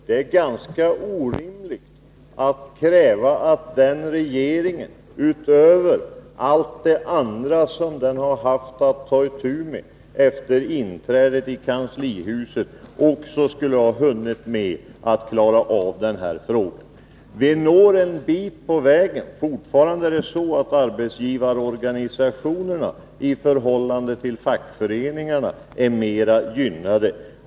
Det är ganska orimligt att kräva att den regeringen utöver allt det andra som den haft att ta itu med efter inträdet i kanslihuset också skulle ha hunnit med att klara av denna fråga. Vi kommer en bit på vägen. Fortfarande är det så att arbetsgivarorganisationerna är mera gynnade i förhållande till fackföreningarna.